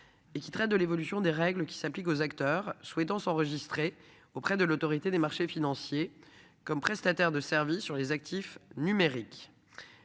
Et qui traite de l'évolution des règles qui s'appliquent aux acteurs souhaitant s'enregistrer auprès de l'Autorité des marchés financiers comme prestataire de services sur les actifs numériques.